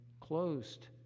closed